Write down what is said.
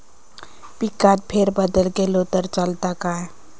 पिकात फेरबदल केलो तर चालत काय?